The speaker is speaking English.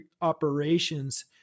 operations